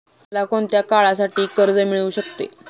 मला कोणत्या काळासाठी कर्ज मिळू शकते?